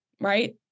right